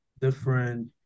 different